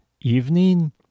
evening